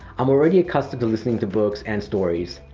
i'm already accustomed to listening to books and stories.